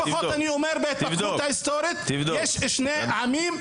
לפחות אני אומר שבהתפתחות ההיסטורית יש שני עמים.